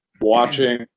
watching